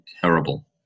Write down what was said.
terrible